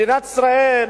מדינת ישראל,